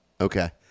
Okay